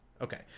Okay